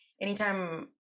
anytime